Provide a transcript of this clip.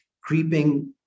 creeping